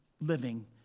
living